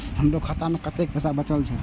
हमरो खाता में कतेक पैसा बचल छे?